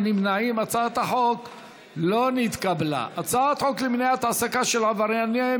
ההצעה להעביר לוועדה את הצעת חוק הגנת הצרכן (תיקון,